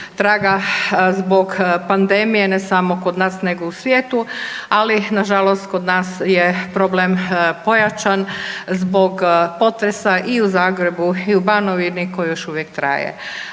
traga zbog pandemije ne samo kod nas nego i u svijetu, ali nažalost kod nas je problem pojačan zbog potresa i u Zagrebu i u Banovini koji još uvijek traje.